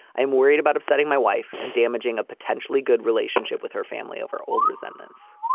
i'm worried about upsetting my wife and damaging a potentially good relationship with her family over old resentments